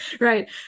right